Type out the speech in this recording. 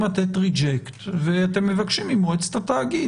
לתת ריג'קט ואתם מבקשים ממועצת התאגיד